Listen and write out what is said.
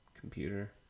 computer